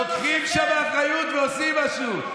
לוקחים שם אחריות ועושים משהו.